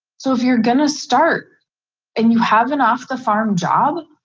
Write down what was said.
so if you're gonna start and you have an off the farm job.